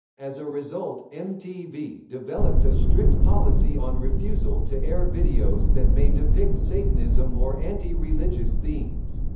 as a result, mtv developed a strict policy on refusal to air videos that may depict satanism or anti-religious themes.